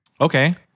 Okay